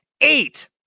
Eight